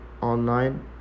online